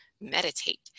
meditate